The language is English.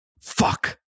fuck